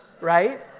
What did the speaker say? right